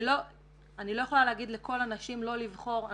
אני לא יכולה להגיד לכל הנשים לא לבחור.